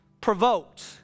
provoked